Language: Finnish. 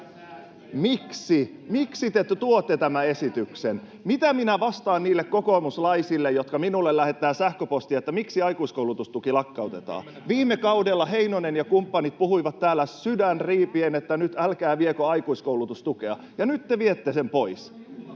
Miksi te tuotte tämän esityksen? Mitä minä vastaan niille kokoomuslaisille, jotka minulle lähettävät sähköpostia, että miksi aikuiskoulutustuki lakkautetaan? Viime kaudella Heinonen ja kumppanit puhuivat täällä sydän riipien, että ”nyt älkää viekö aikuiskoulutustukea”, ja nyt te viette sen pois.